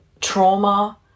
trauma